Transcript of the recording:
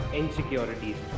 insecurities